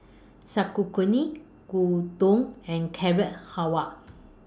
Sauerkraut Gyudon and Carrot Halwa